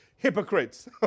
hypocrites